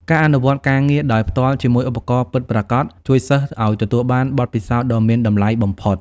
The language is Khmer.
ការអនុវត្តការងារដោយផ្ទាល់ជាមួយឧបករណ៍ពិតប្រាកដជួយសិស្សឱ្យទទួលបានបទពិសោធន៍ដ៏មានតម្លៃបំផុត។